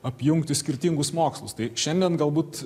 apjungti skirtingus mokslus tai šiandien galbūt